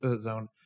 zone